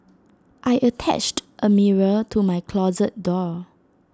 I attached A mirror to my closet door